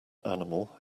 animal